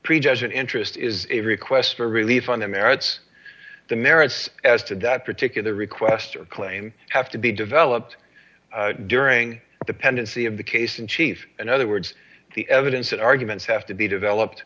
prejudge an interest is a request for relief on the merits the merits as to do that particular request clane have to be developed during the pendency of the case in chief in other words the evidence that arguments have to be developed